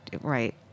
right